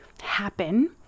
happen